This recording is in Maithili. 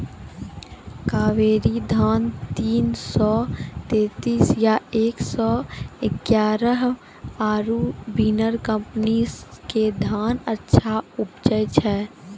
कावेरी धान तीन सौ तेंतीस या एक सौ एगारह आरु बिनर कम्पनी के धान अच्छा उपजै छै?